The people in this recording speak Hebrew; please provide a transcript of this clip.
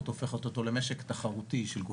שם נכנס העדכון.